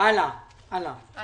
זה